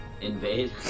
invade